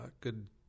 good